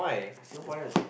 I Singaporean